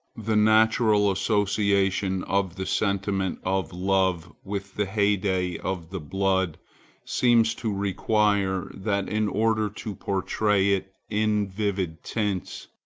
the natural association of the sentiment of love with the heyday of the blood seems to require that in order to portray it in vivid tints,